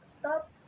stop